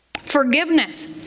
forgiveness